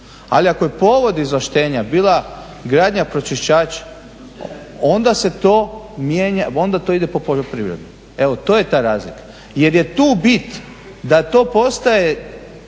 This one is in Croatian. Ali ako je povod izvlaštenja bila gradnja pročišćača onda se to mijenja, onda to ide pod poljoprivrednu. Evo to je ta razlika, jer je tu bit da to postaje,